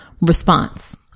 response